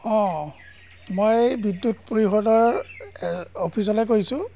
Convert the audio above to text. অঁ মই বিদ্যুৎ পৰিষদৰ অফিচলৈ কৰিছোঁ